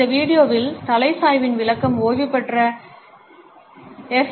இந்த வீடியோவில் தலை சாய்வின் விளக்கம் ஓய்வுபெற்ற எஃப்